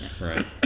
right